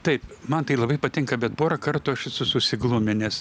taip man tai labai patinka bet porą kartų aš esu susigluminęs